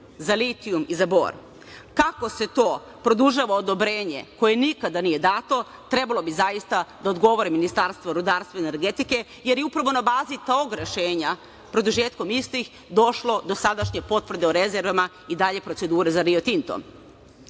za litijum i za bor. Kako se to produžava odobrenje koje nikada nije dato, trebalo bi zaista da odgovori Ministarstvo rudarstva i energetike, jer je upravo na bazi tog rešenja produžetkom istih došlo do sadašnje potvrde o rezervama i dalje procedure za Rio Tinto.No,